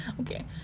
Okay